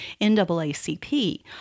NAACP